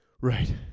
Right